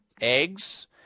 eggs